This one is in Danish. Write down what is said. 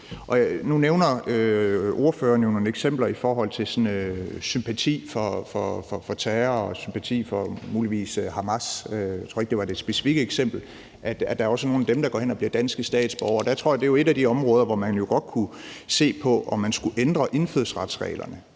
Nu nævner ordføreren jo nogle eksempler på, at der også er nogle af dem med sympati for terror og muligvis sympati for Hamas – jeg tror ikke, at det var det specifikke eksempel – går hen og bliver danske statsborgere. Der tror jeg jo, at det er et af de områder, hvor man godt kunne se på, om man skulle ændre indfødsretsreglerne.